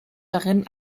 darin